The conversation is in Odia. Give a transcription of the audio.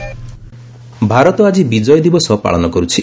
ବିଜୟ ଦିବସ ଭାରତ ଆଜି ବିଜୟ ଦିବସ ପାଳନ କରୁଛି